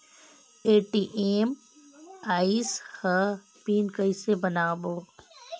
ATM आइस ह PIN कइसे बनाओ?